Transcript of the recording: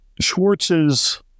Schwartz's